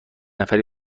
نفری